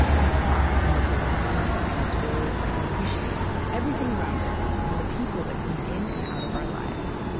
and stop and look around and observe and appreciate everything around us and the people that come in and out of our lives